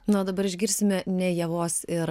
nu o dabar išgirsime ne ievos ir